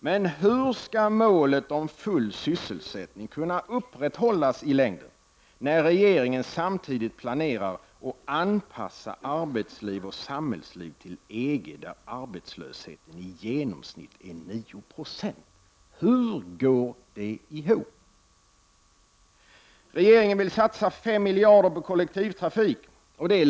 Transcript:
Men hur skall målet om full sysselsättning kunna upprätthållas i längden, när regringen samtidigt planerar att anpassa arbetsliv och samhällsliv till EG, där arbetslösheten i genomsnitt är 9 Jo ?